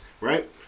right